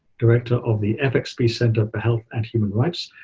director of the fxb center for health and human rights,